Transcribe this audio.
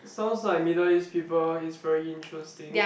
sounds like Middle East people is very interesting